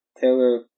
Taylor –